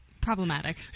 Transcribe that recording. Problematic